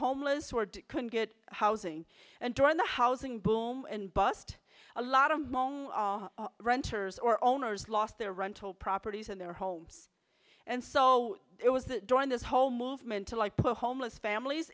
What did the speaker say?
homeless or couldn't get housing and during the housing boom and bust a lot of renters or owners lost their rental properties and their homes and so it was during this whole movement to like put homeless families